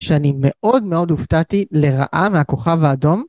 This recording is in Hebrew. שאני מאוד מאוד הופתעתי לרעה מהכוכב האדום.